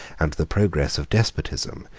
and the progress of despotism,